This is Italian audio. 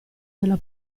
della